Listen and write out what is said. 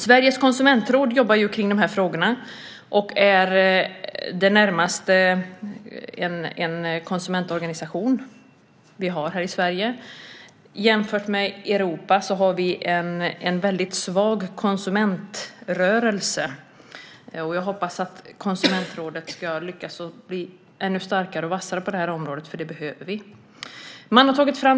Sveriges Konsumentråd jobbar med de här frågorna och är det närmaste en konsumentorganisation som vi har här i Sverige. Jämfört med övriga Europa har vi en väldigt svag konsumentrörelse. Jag hoppas att Konsumentrådet ska lyckas bli ännu starkare och vassare på det här området, för det behöver vi.